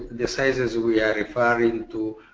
the sizes we are referring to,